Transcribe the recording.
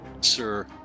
sir